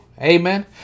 Amen